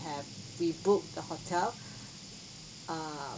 have we booked the hotel err